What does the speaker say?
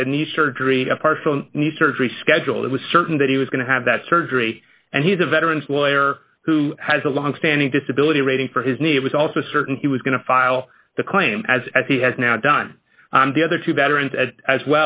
had a new surgery apart from knee surgery scheduled it was certain that he was going to have that surgery and he's a veterans lawyer who has a long standing disability rating for his knee it was also certain he was going to file the claim as as he has now done the other two veterans as